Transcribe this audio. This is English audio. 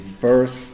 first